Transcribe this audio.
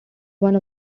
one